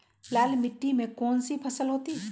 लाल मिट्टी में कौन सी फसल होती हैं?